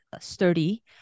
sturdy